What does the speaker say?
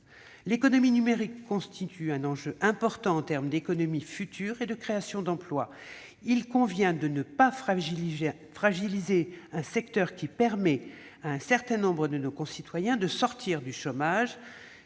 L'économie numérique constitue un enjeu important en termes d'économie future et de création d'emploi. Il convient de ne pas fragiliser un secteur qui permet à un certain nombre de nos concitoyens de sortir du chômage.